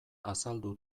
azaldu